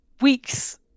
weeks